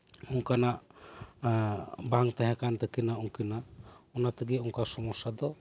ᱚᱱᱠᱟᱱᱟᱜ ᱵᱟᱝ ᱛᱮᱦᱮᱸ ᱠᱟᱱ ᱛᱟᱠᱤᱱᱟ ᱩᱱᱠᱤᱱᱟᱜ ᱚᱱᱟ ᱛᱮᱜᱮ ᱚᱱᱟ ᱥᱚᱢᱚᱥᱥᱟ ᱫᱚ ᱦᱩᱭᱮᱱᱟ